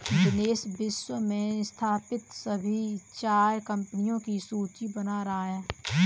दिनेश विश्व में स्थापित सभी चाय कंपनियों की सूची बना रहा है